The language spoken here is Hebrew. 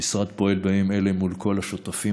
המשרד פועל בימים אלה מול כל השותפים